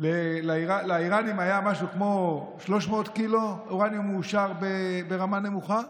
לאיראנים היה משהו כמו 300 קילו אורניום מעושר ברמה נמוכה,